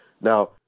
now